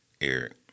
Eric